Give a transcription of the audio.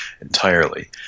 entirely